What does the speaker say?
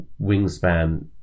Wingspan